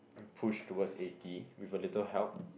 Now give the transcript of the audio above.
push towards eighty with a little help